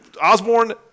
Osborne –